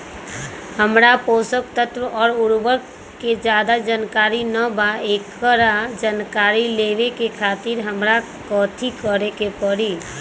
हमरा पोषक तत्व और उर्वरक के ज्यादा जानकारी ना बा एकरा जानकारी लेवे के खातिर हमरा कथी करे के पड़ी?